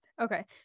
okay